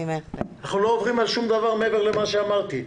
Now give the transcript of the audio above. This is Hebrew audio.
אנחנו לא עוברים על שום דבר מעבר למה שאמרתי.